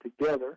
together